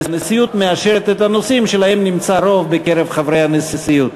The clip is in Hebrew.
הנשיאות מאשרת את הנושאים שלהם נמצא רוב בקרב חברי הנשיאות.